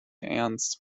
ernst